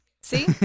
see